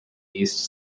east